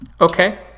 Okay